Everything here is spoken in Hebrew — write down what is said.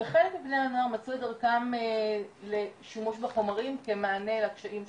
וחלק מבני הנוער מצאו את דרכם לשימוש בחומרים כמענה לקשיים שלהם.